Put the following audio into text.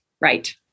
Right